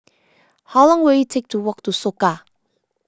how long will it take to walk to Soka